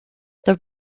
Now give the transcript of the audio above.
there